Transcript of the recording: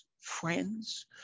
friends